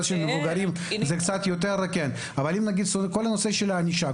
כל הנושא של הענישה,